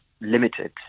limited